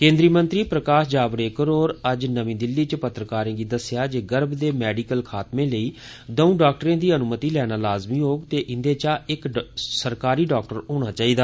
केन्द्रीय मंत्री प्रकाश जावड़ेकर होरें अज्ज नमीं दिल्ली च पत्रकारें गी दस्सेआ जे गर्भ दे मैडिकल खात्मे लेई दो डॉक्टरें दी अनुमति लैनी लाज़मी होग ते इन्दे चा इक सरकारी डॉक्टर होना चाहिदा